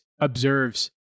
observes